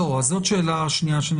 זו שאלה שנייה.